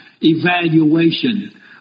evaluation